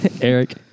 Eric